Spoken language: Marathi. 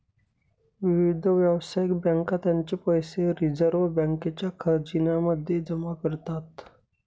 विविध व्यावसायिक बँका त्यांचे पैसे रिझर्व बँकेच्या खजिन्या मध्ये जमा करतात